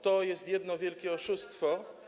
To jest jedno wielkie oszustwo.